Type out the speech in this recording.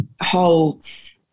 holds